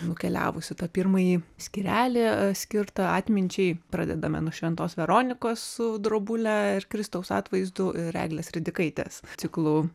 nukeliavusi tą pirmąjį skyrelį skirtą atminčiai pradedame nuo šventos veronikos su drobule ir kristaus atvaizdu ir eglės ridikaitės ciklu